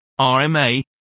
RMA